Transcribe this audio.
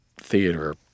theater